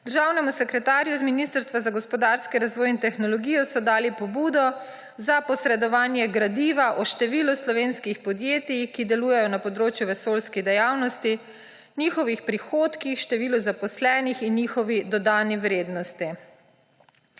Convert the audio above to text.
Državnemu sekretarju z Ministrstva za gospodarski razvoj in tehnologijo so dali pobudo za posredovanje gradiva o številu slovenskih podjetij, ki delujejo na področju vesoljskih dejavnosti, njihovih prihodkih, številu zaposlenih in njihovi dodani vrednosti.